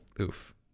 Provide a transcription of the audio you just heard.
oof